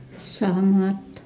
सहमत